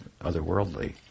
otherworldly